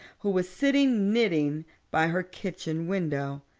who was sitting knitting by her kitchen window.